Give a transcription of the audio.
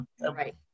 right